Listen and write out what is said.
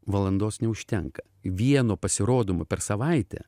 valandos neužtenka vieno pasirodymo per savaitę